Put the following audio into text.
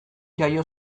jaio